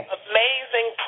amazing